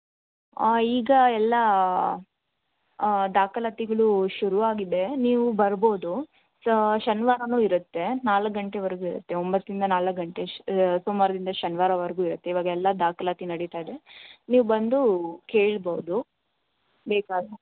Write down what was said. ಈಗ ಎಲ್ಲ ದಾಖಲಾತಿಗಳು ಶುರುವಾಗಿದೆ ನೀವು ಬರ್ಬೋದು ಸ ಶನಿವಾರವೂ ಇರುತ್ತೆ ನಾಲ್ಕು ಗಂಟೆವರೆಗೂ ಇರುತ್ತೆ ಒಂಬತ್ತರಿಂದ ನಾಲ್ಕು ಗಂಟೆ ಸೋಮವಾರದಿಂದ ಶನಿವಾರವರೆಗೂ ಇರುತ್ತೆ ಇವಾಗೆಲ್ಲಾ ದಾಖಲಾತಿ ನಡೀತಾ ಇದೆ ನೀವು ಬಂದು ಕೇಳ್ಬೌದು ಬೇಕಾದರೆ